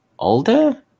Older